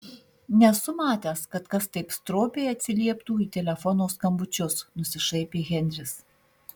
nesu matęs kad kas taip stropiai atsilieptų į telefono skambučius nusišaipė henris